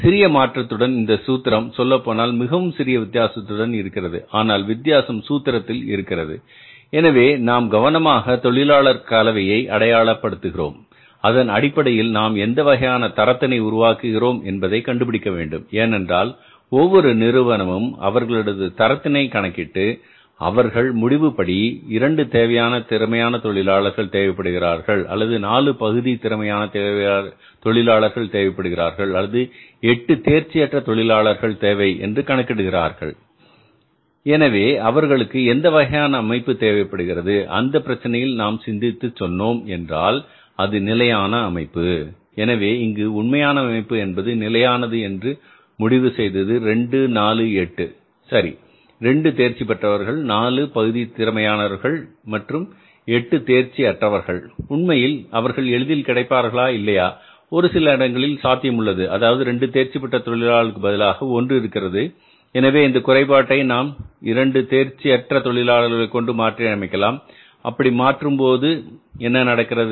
சிறிய மாற்றத்துடன் இந்த சூத்திரம் சொல்லப்போனால் மிகவும் சிறிய வித்தியாசத்துடன் இருக்கிறது ஆனால் வித்தியாசம் சூத்திரத்தில் இருக்கிறது எனவே நாம் கவனமாக தொழிலாளர் கலவையை அடையாள படுத்துகிறோம் அதன் அடிப்படையில் நாம் எந்த வகையான தரத்தினை உருவாக்குகிறோம் என்பதை கண்டுபிடிக்க வேண்டும் ஏனென்றால் ஒவ்வொரு நிறுவனமும் அவர்களது தரத்தினை கணக்கிட்டு அவர்கள் முடிவு படி 2 தேவையான திறமையான தொழிலாளர்கள் தேவைப்படுகிறார்கள் அல்லது 4 பகுதி திறமையான தொழிலாளர்கள் தேவைப்படுகிறார்கள் அல்லது 8 தேர்ச்சிஅற்ற தொழிலாளர்கள் தேவை என்று கணக்கிடுகிறார்கள் எனவே அவர்களுக்கு எந்த வகையான அமைப்பு தேவைப்படுகிறது அந்த பிரச்சனையில் நாம் சிந்தித்து சொன்னோம் என்றால் அதுதான் நிலையான அமைப்பு எனவே இங்கு உண்மையான அமைப்பு என்பது நிலையானது என்று முடிவு செய்தது 2 4 8 சரி 2 தேர்ச்சி பெற்றவர்கள் 4 பகுதி திறமையானவர்கள் மற்றும் 8 தேர்ச்சி அற்றவர்கள் உண்மையில் அவர்கள் எளிதில் கிடைப்பார்களா இல்லையா ஒரு சில இடங்களில் சாத்தியமுள்ளது அதாவது 2 தேர்ச்சிபெற்ற தொழிலாளர்களுக்கு பதிலாக ஒன்று இருக்கிறது எனவே இந்தக் குறைபாட்டை நாம் 2 தேர்ச்சி அற்ற தொழிலாளர்களை கொண்டு மாற்றி அமைக்கலாம் அப்படி மாற்றும் போது என்ன நடக்கிறது